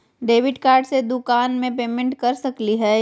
Debit card से दुकान में पेमेंट कर सकली हई?